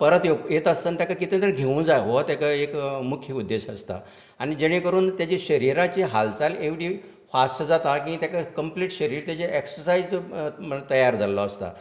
परत येत आसतना ताका कितें तरी घेवूं जाय हो तेगे एक मुख्य उद्देश आसता आनी जेणें करून तेची शरिराची हालचाल एवडी फास्ट जाता की तेका कम्प्लीट शरीर तेचें एक्ससाइज म्हणून तयार जाल्लो आसता